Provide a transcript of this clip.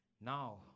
now